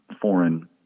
foreign